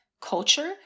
culture